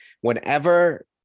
Whenever